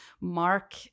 Mark